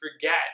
forget